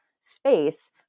space